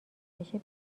بشه